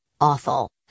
awful